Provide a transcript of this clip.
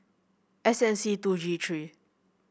S N C two G three